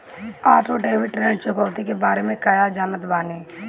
Auto debit ऋण चुकौती के बारे में कया जानत बानी?